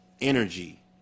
energy